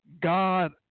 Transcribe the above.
God